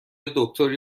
دکتری